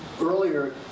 earlier